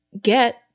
get